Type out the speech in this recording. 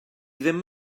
ddim